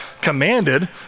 commanded